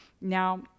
Now